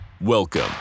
Welcome